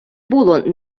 було